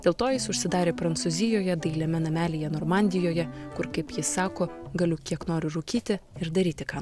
dėl to jis užsidarė prancūzijoje dailiame namelyje normandijoje kur kaip jis sako galiu kiek noriu rūkyti ir daryti ką